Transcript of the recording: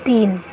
तीन